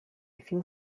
felt